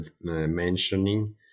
mentioning